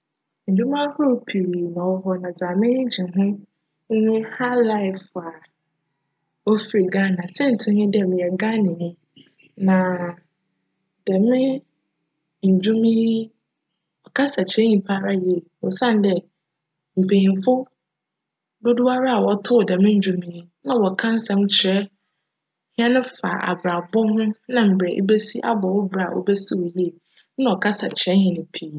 Ndwom ahorow pii na cwc hc na dza m'enyi gye ho nye "highlife" a ofir Ghana. Siantsir nye dj, meyj Ghananyi na djm ndwom yi kasa kyerj nyimpa ara yie osiandj mpanyimfo dodowara wctoow djm ndwom yi na wcka nsjm kyerj hjn fa abrabc ho nna mbrj ibesi abc wo bra a obesi wo yie, nna ckasa kyerj hjn pii.